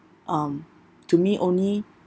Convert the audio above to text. um to me only